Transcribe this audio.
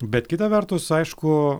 bet kita vertus aišku